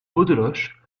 beaudeloche